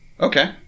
Okay